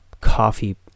coffee